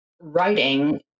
writing